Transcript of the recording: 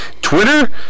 Twitter